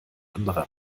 anderer